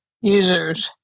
users